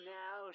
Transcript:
now